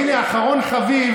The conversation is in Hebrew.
ואחרון חביב,